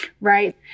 Right